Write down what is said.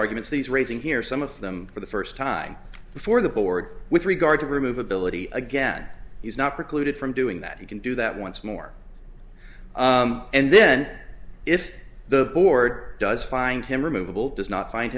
arguments that he's raising here some of them for the first time before the board with regard to remove ability again he's not precluded from doing that he can do that once more and then if the board does find him removable does not find